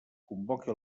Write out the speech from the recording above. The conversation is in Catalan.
convoqui